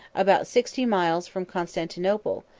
about sixty miles from constantinople,